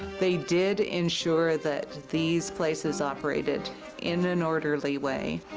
they did ensure that these places operated in an orderly way.